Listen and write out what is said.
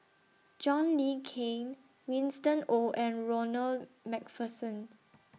John Le Cain Winston Oh and Ronald MacPherson